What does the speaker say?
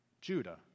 Judah